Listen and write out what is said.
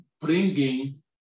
bringing